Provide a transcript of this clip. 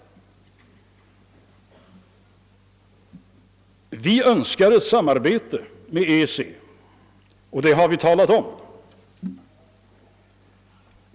Vi önskar ett samarbete med EEC, och det har vi tillkännagivit.